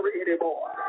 anymore